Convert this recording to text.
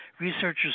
researchers